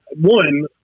one